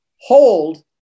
hold